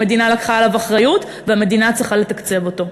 המדינה לקחה עליו אחריות והמדינה צריכה לתקצב אותו.